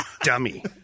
dummy